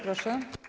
Proszę.